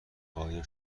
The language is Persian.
آیا